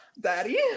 Daddy